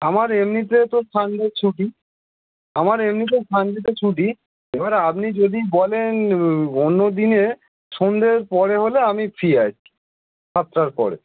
আমার এমনিতে তো সানডে ছুটি আমার এমনিতে সানডেতে ছুটি এবারে আপনি যদি বলেন অন্য দিনে সন্ধের পরে হলে আমি ফ্রি আছি সাতটার পরে